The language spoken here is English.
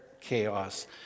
chaos